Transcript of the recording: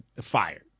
fired